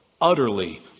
utterly